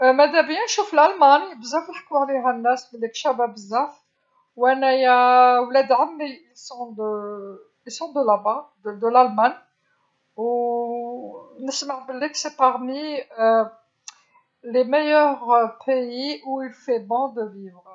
مذا بيا نشوف ألمانيا بزاف يحكو عليها الناس بليك شابة بزاف، وأنيا ولاد عمي يقطنون هناك في ألمانيا، نسمع بليك من أحسن البلدان اللتي يطلب العيش فيها.